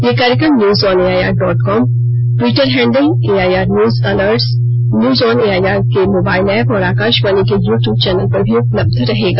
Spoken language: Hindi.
यह कार्यक्रम news on AIR dot com Twitter handle AIR news alerts news on AIR के मोबाइल ऐप और आकाशवाणी के यू ट्यूब चैनल पर भी उपलब्ध रहेगा